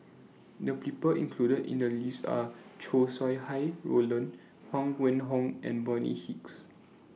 The People included in The list Are Chow Sau Hai Roland Huang Wenhong and Bonny Hicks